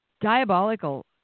diabolical